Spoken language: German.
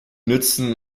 nützen